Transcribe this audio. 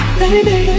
baby